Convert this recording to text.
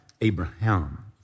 Abraham